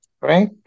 right